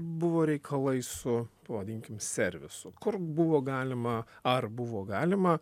buvo reikalai su pavadinkim servisu kur buvo galima ar buvo galima